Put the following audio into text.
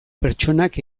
pertsonak